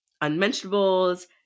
unmentionables